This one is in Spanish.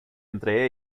entre